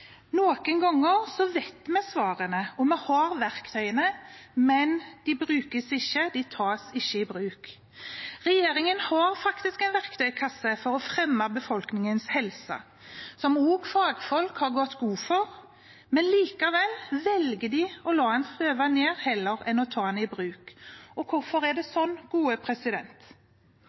Noen ganger vet vi svarene og har verktøyene, men de tas ikke i bruk. Regjeringen har faktisk en verktøykasse for å fremme befolkningens helse, som også fagfolk har gått god for. Likevel velger de å la den støve ned heller enn å ta den i bruk. Hvorfor er det